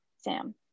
Sam